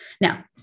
Now